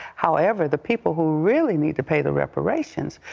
however, the people who really need to pay the reparations,